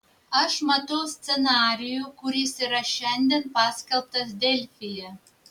aš matau scenarijų kuris yra šiandien paskelbtas delfyje